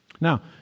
Now